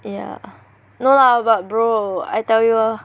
ya no lah but bro I tell you